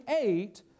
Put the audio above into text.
eight